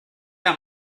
der